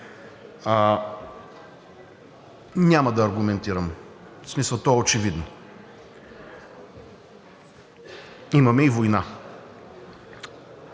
Няма да аргументирам, в смисъл то е очевидно, имаме и война.